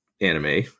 anime